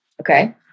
Okay